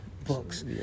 Books